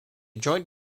joint